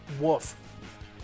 wolf